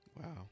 wow